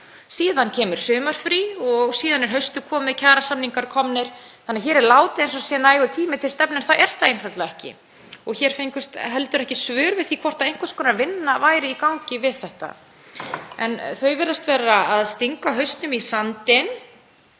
Síðan kemur sumarfrí og eftir það er haustið komið, kjarasamningar komnir, þannig að hér er látið eins og það sé nægur tími til stefnu en það er það einfaldlega ekki. Hér fengust heldur ekki svör við því hvort einhvers konar vinna væri í gangi við þetta. Þau virðast vera að stinga hausnum í sandinn.